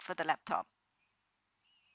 for the laptop